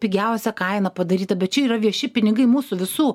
pigiausią kainą padaryta bet čia yra vieši pinigai mūsų visų